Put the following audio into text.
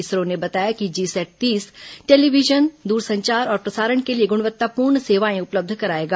इसरो ने बताया कि जीसैट तीस टेलीविजन द्रसंचार और प्रसारण के लिए गुणवत्तापूर्ण सेवाएं उपलब्ध कराएगा